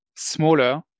smaller